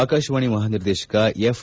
ಆಕಾಶವಾಣಿ ಮಹಾನಿರ್ದೇಶಕ ಎಫ್